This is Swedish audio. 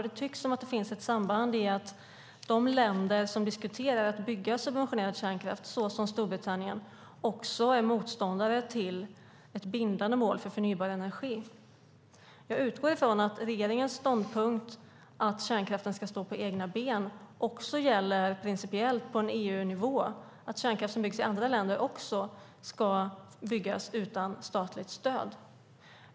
Det tycks som att det finns ett samband i och med att de länder som diskuterar att bygga subventionerad kärnkraft, såsom Storbritannien, också är motståndare till ett bindande mål för förnybar energi. Jag utgår från att regeringens ståndpunkt att kärnkraften ska stå på egna ben också gäller principiellt på EU-nivå så att kärnkraft som byggs i andra länder också ska byggas utan statligt stöd.